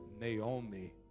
Naomi